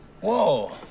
Whoa